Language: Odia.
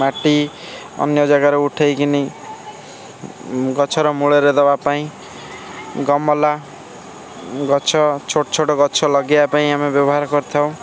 ମାଟି ଅନ୍ୟ ଜାଗାରୁ ଉଠାଇ କରି ଗଛର ମୂଳରେ ଦେବା ପାଇଁ ଗମଲା ଗଛ ଛୋଟ ଛୋଟ ଗଛ ଲଗାଇବା ପାଇଁ ଆମେ ବ୍ୟବହାର କରିଥାଉ